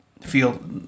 feel